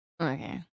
Okay